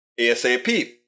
ASAP